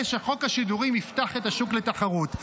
שחוק השידורים יפתח את השוק לתחרות.